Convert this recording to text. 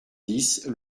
dix